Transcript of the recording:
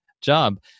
job